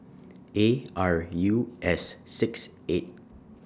A R U S six eight